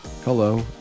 hello